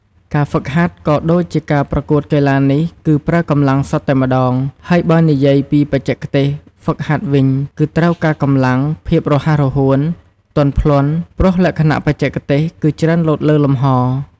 ការហ្វឹកហាត់ ក៏ដូចជាការប្រកួតកីឡានេះគឺប្រើកម្លាំងសុទ្ធតែម្ដង ហើយបើនិយាយពីបច្ចេកទេសហ្វឹកហាត់វិញ គឺត្រូវការកម្លាំង ភាពរហ័សរហួន ទន់ភ្លន់ ព្រោះលក្ខណៈបច្ចេកទេសគឺច្រើនលោតលើលំហ។